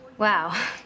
Wow